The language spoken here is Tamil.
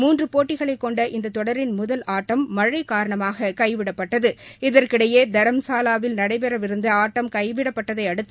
மூன்று போட்டிகளைக்கொண்ட இத்தொடரின் முதல் ஆட்டம் மழை காரணமாக கைவிடப்பட்டது இதற்கிடையே தரம்சாலாவில் நடைபெறவிருந்த ஆட்டம் கைவிடப்பட்டதையடுத்து